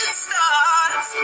stars